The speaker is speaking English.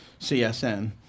CSN